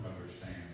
understand